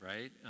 right